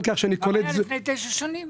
כמה תושבים היו לפני תשע שנים?